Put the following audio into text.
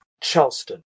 Charleston